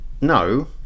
no